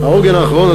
האחרון,